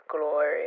glory